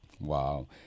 wow